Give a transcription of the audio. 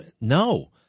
No